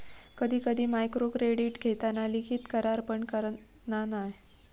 कधी कधी मायक्रोक्रेडीट घेताना लिखित करार पण करना नाय